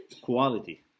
quality